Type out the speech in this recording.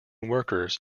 workers